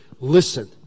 Listen